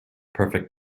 perfect